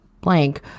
blank